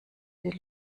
die